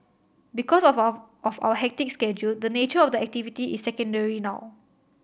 because of our of our hectic schedule the nature of the activity is secondary now